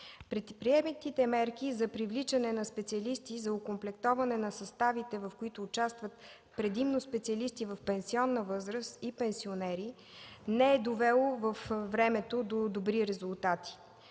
Предприетите мерки за привличане на специалисти за окомплектоване на съставите, в които участват предимно специалисти в пенсионна възраст и пенсионери, не е довело във времето до добри резултати.